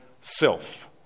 self